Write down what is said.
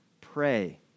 pray